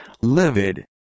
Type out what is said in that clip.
Livid